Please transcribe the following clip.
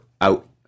out